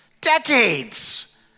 Decades